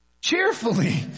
Cheerfully